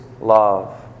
love